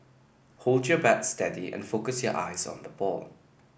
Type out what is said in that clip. hold your bat steady and focus your eyes on the ball